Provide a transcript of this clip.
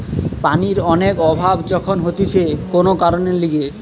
পানির অনেক অভাব যখন হতিছে কোন কারণের লিগে